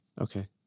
Okay